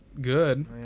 good